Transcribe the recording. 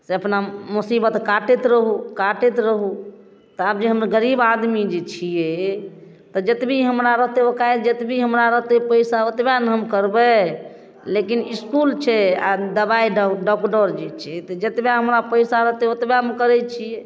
से अपना मोसीबत काटैत रहू काटैत रहू तऽ आब जे हम गरीब आदमी जे छिए तऽ जतबी हमरा रहतै औकादि जतबी हमरा रहतै पइसा ओतबे ने हम करबै लेकिन इसकुल छै आओर दवाइ ड डॉक्टर जे छै तऽ जतबे हमरा पइसा रहतै ओतबेमे करै छिए